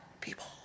people